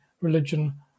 religion